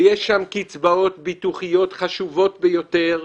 יש בו קצבאות ביטוחיות חשובות ביותר,